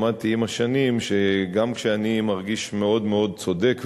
למדתי עם השנים שגם כשאני מרגיש מאוד מאוד צודק,